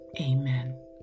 Amen